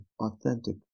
authentic